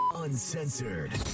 Uncensored